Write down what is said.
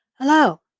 Hello